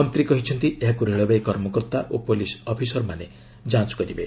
ମନ୍ତ୍ରୀ କହିଛନ୍ତି ଏହାକୁ ରେଳବାଇ କର୍ମକର୍ତ୍ତା ଓ ପୁଲିସ୍ ଅଫିସରମାନେ ଯାଞ୍ଚ୍ କରିବେ